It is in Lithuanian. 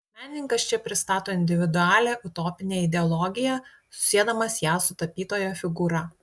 menininkas čia pristato individualią utopinę ideologiją susiedamas ją su tapytojo figūra